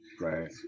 Right